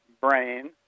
brain